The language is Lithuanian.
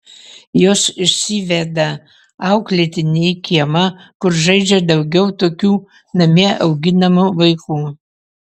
jos išsiveda auklėtinį į kiemą kur žaidžia daugiau tokių namie auginamų vaikų